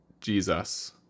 Jesus